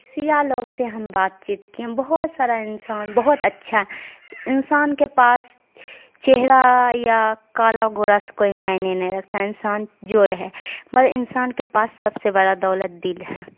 سیاہ لوگ سے ہم بات چیت کیے بہت سارا انسان بہت اچھا انسان کے پاس چہرہ یا کالا گورا سے کوئی معنی نہیں رکھتا ہے انسان جو رہے مگر انسان کے پاس سب سے بڑا دولت دل ہے